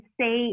say